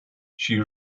she